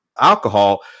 alcohol